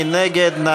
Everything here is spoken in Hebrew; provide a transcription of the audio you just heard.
מי נגד?